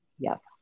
Yes